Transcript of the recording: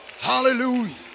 hallelujah